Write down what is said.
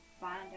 find